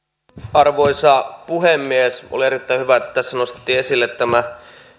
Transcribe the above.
arvoisa puhemies oli erittäin hyvä että tässä nostettiin esille tämä